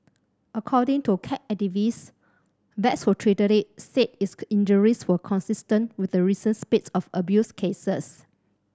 according to cat activists vets who treated it said its injuries were consistent with the recent spate of abuse cases